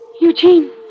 Eugene